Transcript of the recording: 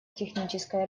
технической